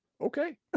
okay